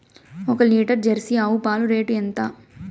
ఒక litre Jersey ఆవు పాలు రేటు ఎంత?